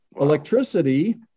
Electricity